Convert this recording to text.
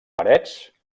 parets